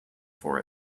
for